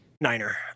Niner